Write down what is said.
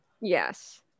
yes